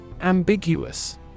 Ambiguous